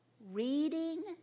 reading